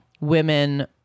women